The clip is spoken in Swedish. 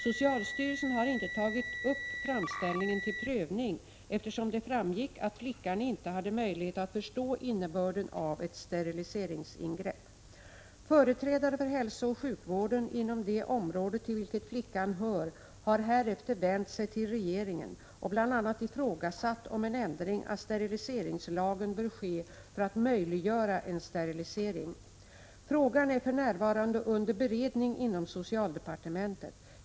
Socialstyrelsen har inte tagit upp framställningen till prövning, eftersom det framgick att flickan inte hade möjlighet att förstå innebörden av ett steriliseringsingrepp. Företrädare för hälsooch sjukvården inom det område till vilket flickan hör har härefter vänt sig till regeringen och bl.a. ifrågasatt om en ändring av steriliseringslagen bör ske för att möjliggöra en sterilisering. Frågan är för närvarande under beredning inom socialdepartementet.